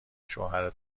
شوهر